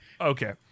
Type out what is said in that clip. okay